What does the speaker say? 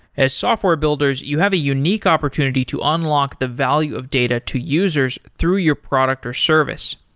as software builders, you have a unique opportunity to unlock the value of data to users through your product or service.